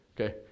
okay